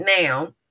now